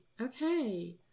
Okay